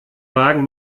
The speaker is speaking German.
wagen